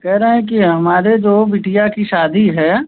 कहे रहे हैं कि हमारी जो बिटिया की शादी है